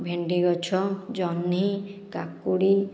ଭେଣ୍ଡି ଗଛ ଜହ୍ନି କାକୁଡ଼ି